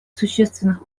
существенных